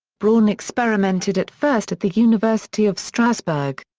braun experimented at first at the university of strasbourg.